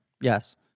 Yes